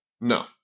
No